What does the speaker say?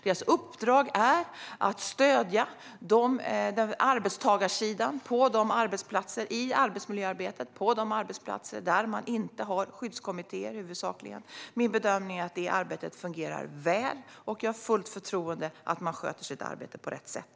Deras uppdrag är att stödja arbetstagarsidan i arbetsmiljöarbetet, huvudsakligen på de arbetsplatser där man inte har skyddskommittéer. Min bedömning är att det arbetet fungerar väl. Jag har fullt förtroende för att man sköter sitt arbete på rätt sätt.